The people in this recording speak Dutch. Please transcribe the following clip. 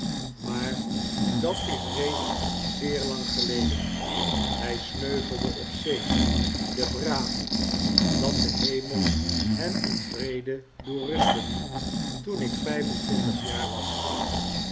maar dat is reeds zeer lang geleden flij sneuvelde op zee de brave dat de hemel hem in vrede doe rusten toen ik vyf en twintig jaar was